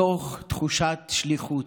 מתוך תחושת שליחות,